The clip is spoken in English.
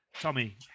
Tommy